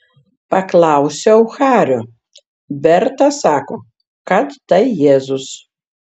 paklausiau hario berta sako kad tai jėzus